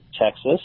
Texas